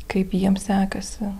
kaip jiem sekasi